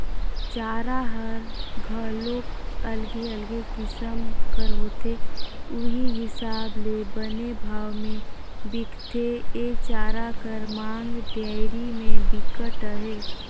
चारा हर घलोक अलगे अलगे किसम कर होथे उहीं हिसाब ले बने भाव में बिकथे, ए चारा कर मांग डेयरी में बिकट अहे